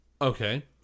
Okay